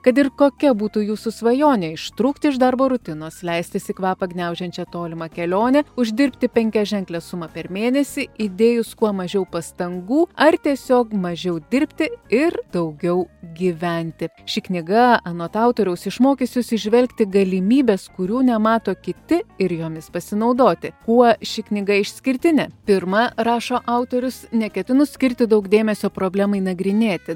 kad ir kokia būtų jūsų svajonė ištrūkti iš darbo rutinos leistis į kvapą gniaužiančią tolimą kelionę uždirbti penkiaženklę sumą per mėnesį įdėjus kuo mažiau pastangų ar tiesiog mažiau dirbti ir daugiau gyventi ši knyga anot autoriaus išmokys jus įžvelgti galimybes kurių nemato kiti ir jomis pasinaudoti kuo ši knyga išskirtinė pirma rašo autorius neketinu skirti daug dėmesio problemai nagrinėti